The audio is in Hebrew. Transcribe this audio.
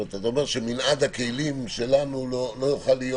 אז אתה אומר שמנעד הכלים שלנו לא יוכל להיות